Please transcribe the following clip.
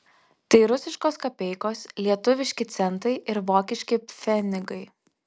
tai rusiškos kapeikos lietuviški centai ir vokiški pfenigai